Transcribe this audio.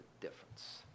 difference